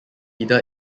leader